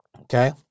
Okay